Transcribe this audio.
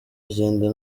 agenda